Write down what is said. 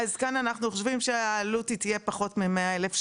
אז כאן אנחנו חושבים שהעלות תהיה פחות מ-100 אלף שקלים,